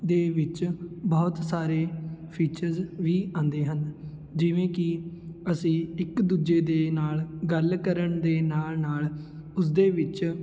ਦੇ ਵਿੱਚ ਬਹੁਤ ਸਾਰੇ ਫੀਚਰਸ ਵੀ ਆਉਂਦੇ ਹਨ ਜਿਵੇਂ ਕਿ ਅਸੀਂ ਇੱਕ ਦੂਜੇ ਦੇ ਨਾਲ ਗੱਲ ਕਰਨ ਦੇ ਨਾਲ ਨਾਲ ਉਸ ਦੇ ਵਿੱਚ